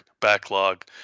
backlog